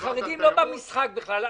החרדים לא במשחק בכלל.